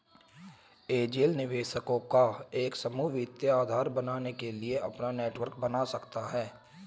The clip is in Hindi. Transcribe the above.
एंजेल निवेशकों का एक समूह वित्तीय आधार बनने के लिए अपना नेटवर्क बना सकता हैं